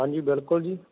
ਹਾਂਜੀ ਬਿਲਕੁਲ ਜੀ